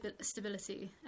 stability